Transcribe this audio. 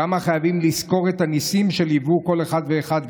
כמה חייבים לזכור את הניסים שליוו כל אחד ואחד,